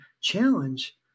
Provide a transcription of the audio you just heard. challenge